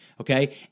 okay